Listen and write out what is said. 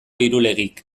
irulegik